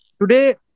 today